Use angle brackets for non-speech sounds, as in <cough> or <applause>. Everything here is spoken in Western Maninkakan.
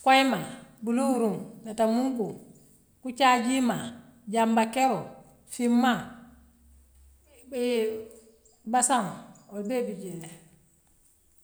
Koyomaa buluuruŋ nete muŋkoo kuciaa diimaa jamba keroo fiŋmaa <hesitation> bassann wool bee bi jeele.